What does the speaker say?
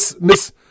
Miss